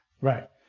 Right